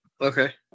Okay